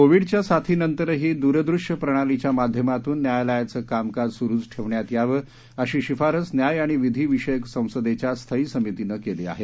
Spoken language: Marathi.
कोविडच्या साथीनंतरही दुरदूश्य प्रणालीच्या माध्यमातून न्यायालयांच कामकाज सुरूच ठेवण्यात याव अशी शिफारस न्याय आणि विधी विषयक संसदेच्या स्थायी समितीन केली आहे